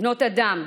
בנות אדם,